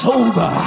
over